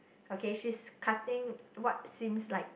okay she's cutting what seems like